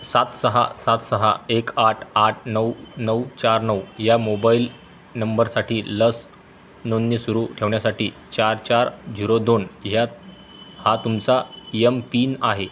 सात सहा सात सहा एक आठ आठ नऊ नऊ चार नऊ या मोबाईल नंबरसाठी लस नोंदणी सुरू ठेवण्यासाठी चार चार झीरो दोन ह्या हा तुमचा यमपिन आहे